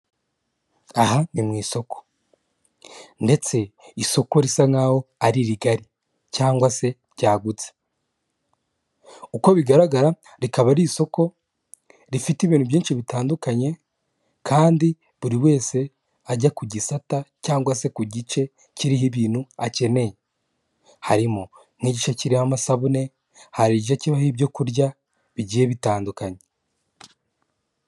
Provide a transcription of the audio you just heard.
Aha ni mu isoko ndetse isoko risa nkaho ari rigari cyangwa se ryagutse. uko bigaragara rikaba ari isoko rifite ibintu byinshi bitandukanye Kandi buri wese ajya kugisata cyangwa kugice kiriho ibintu akeneye harimo igice kirimo amasabune, hari igice kiriho ibyo kurya bigiye bitandukanye.